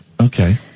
Okay